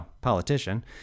politician